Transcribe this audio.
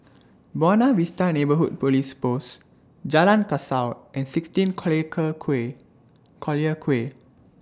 Buona Vista Neighbourhood Police Post Jalan Kasau and sixteen Collyer Quay Collyer Quay